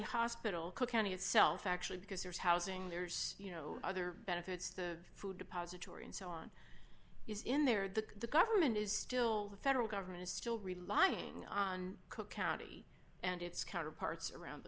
hospital cook county itself actually because there's housing there's you know other benefits the food depository and so on is in there the government is still the federal government is still relying on cook county and its counterparts around the